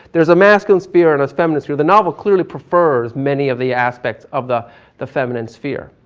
there's a masculine sphere and a feminine sphere, the novel clearly prefers many of the aspects of the the feminine sphere.